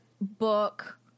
book